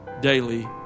daily